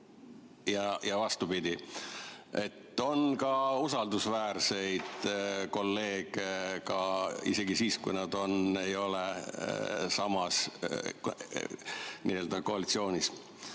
ja vastupidi. On ka usaldusväärseid kolleege, isegi siis, kui nad ei ole samas koalitsioonis.